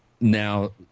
Now